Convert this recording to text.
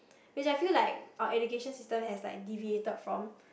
is like I feel like our education system has like deviated from